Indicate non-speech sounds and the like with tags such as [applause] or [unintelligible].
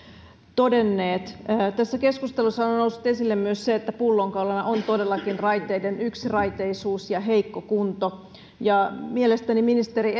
todenneet tässä keskustelussa on on noussut esille myös se että pullonkaulana on todellakin yksiraiteisuus ja raiteiden heikko kunto mielestäni ministeri [unintelligible]